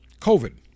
COVID